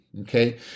okay